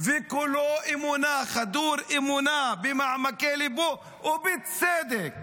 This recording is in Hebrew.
כולו אמונה, הוא חדור אמונה במעמקי ליבו, ובצדק